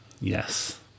Yes